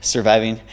Surviving